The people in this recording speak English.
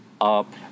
up